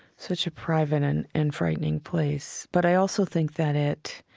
such a private and and frightening place. but i also think that it